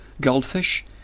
goldfish